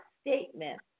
statement